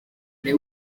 les